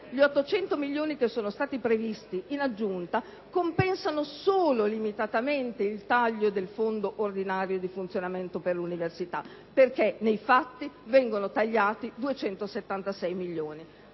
gli 800 milioni previsti in aggiunta compensano solo limitatamente il taglio del fondo ordinario di funzionamento per l'università, perché nei fatti vengono tagliati 276 milioni.